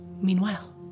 Meanwhile